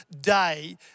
day